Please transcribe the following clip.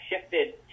shifted